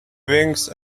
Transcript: wings